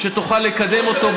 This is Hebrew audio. אתה משקר לציבור שלך.